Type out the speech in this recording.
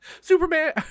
Superman